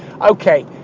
Okay